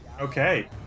Okay